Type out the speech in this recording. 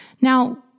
Now